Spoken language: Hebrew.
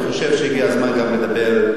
אני חושב שהגיע הזמן גם לדבר.